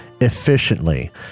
efficiently